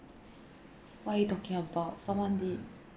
what are you talking about someone did